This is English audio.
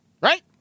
Right